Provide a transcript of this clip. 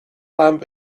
lamp